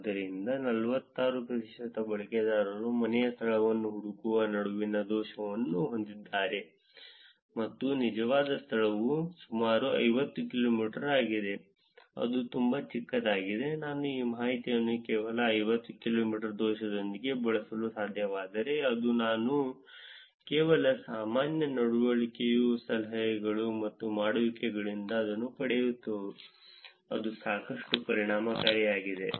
ಆದ್ದರಿಂದ 46 ಪ್ರತಿಶತ ಬಳಕೆದಾರರು ಮನೆಯ ಸ್ಥಳವನ್ನು ಹುಡುಕುವ ನಡುವಿನ ದೋಷವನ್ನು ಹೊಂದಿದ್ದಾರೆ ಮತ್ತು ನಿಜವಾದ ಸ್ಥಳವು ಸುಮಾರು 50 ಕಿಲೋಮೀಟರ್ ಆಗಿದೆ ಅದು ತುಂಬಾ ಚಿಕ್ಕದಾಗಿದೆ ನಾನು ಈ ಮಾಹಿತಿಯನ್ನು ಕೇವಲ 50 ಕಿಲೋಮೀಟರ್ ದೋಷದೊಂದಿಗೆ ಬಳಸಲು ಸಾಧ್ಯವಾದರೆ ಅದು ನಾನು ಕೇವಲ ಸಾಮಾನ್ಯ ನಡವಳಿಕೆಯ ಸಲಹೆಗಳು ಮತ್ತು ಮಾಡುವಿಕೆಗಳಿಂದ ಅದನ್ನು ಪಡೆಯುವುದು ಅದು ಸಾಕಷ್ಟು ಪರಿಣಾಮಕಾರಿಯಾಗಿದೆ